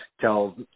tell